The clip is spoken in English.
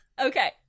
Okay